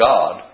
God